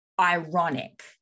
ironic